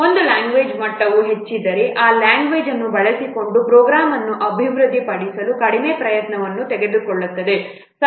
ಆದ್ದರಿಂದ ಒಂದು ಲ್ಯಾಂಗ್ವೇಜ್ ಮಟ್ಟವು ಹೆಚ್ಚಿದ್ದರೆ ಆ ಲ್ಯಾಂಗ್ವೇಜ್ ಅನ್ನು ಬಳಸಿಕೊಂಡು ಪ್ರೋಗ್ರಾಂ ಅನ್ನು ಅಭಿವೃದ್ಧಿಪಡಿಸಲು ಕಡಿಮೆ ಪ್ರಯತ್ನವನ್ನು ತೆಗೆದುಕೊಳ್ಳುತ್ತದೆ